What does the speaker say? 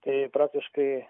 tai praktiškai